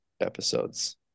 episodes